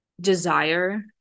desire